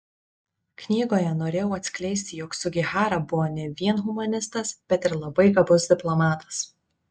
knygoje norėjau atskleisti jog sugihara buvo ne vien humanistas bet ir labai gabus diplomatas